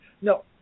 no